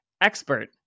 expert